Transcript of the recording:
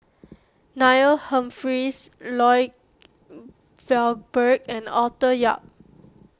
Neil Humphreys Lloyd Valberg and Arthur Yap